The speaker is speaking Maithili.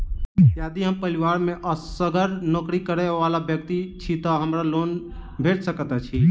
यदि हम परिवार मे असगर नौकरी करै वला व्यक्ति छी तऽ हमरा लोन भेट सकैत अछि?